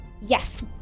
Yes